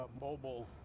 mobile